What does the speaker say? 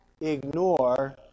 ignore